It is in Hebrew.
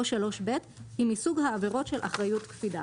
או 3(ב) היא מסוג עבירות של אחריות קפידה".